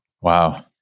Wow